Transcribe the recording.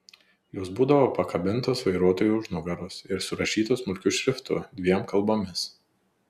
jos būdavo pakabintos vairuotojui už nugaros ir surašytos smulkiu šriftu dviem kalbomis